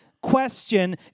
question